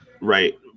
right